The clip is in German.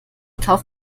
kauf